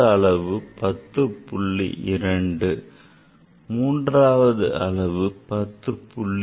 2 மற்றும் மூன்றாவது அளவு 10